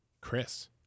Chris